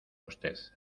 usted